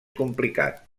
complicat